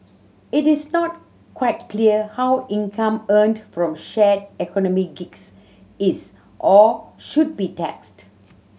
it is not quite clear how income earned from shared economy gigs is or should be taxed